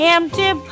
Empty